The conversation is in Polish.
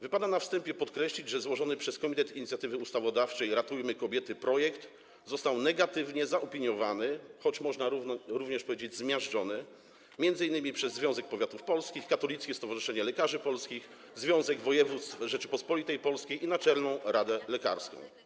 Wypada na wstępie podkreślić, że złożony przez Komitet Inicjatywy Ustawodawczej „Ratujmy kobiety” projekt został negatywnie zaopiniowany, choć można również powiedzieć: zmiażdżony, m.in. przez Związek Powiatów Polskich, Katolickie Stowarzyszenie Lekarzy Polskich, Związek Województw Rzeczypospolitej Polskiej i Naczelną Radę Lekarską.